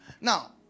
Now